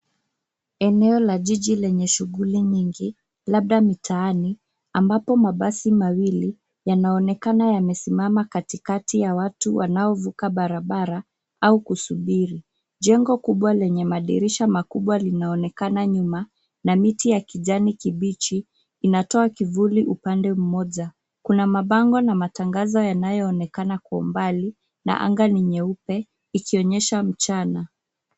Eneo la jiji lenye shughuli nyingi, labda mitaani ambapo mabasi mawili yanaonekana yamesimama katikati ya watu wanaovuka barabara au kusubiri. Jengo kubwa lenye madirisha makubwa linaonekana nyuma na miti ya kijani kibichi, inatoa kivuli upande mmoja. Kuna mabango na matangazo yanayoonekana kwa umbali na anga ni nyeupe ikionyesha mchana.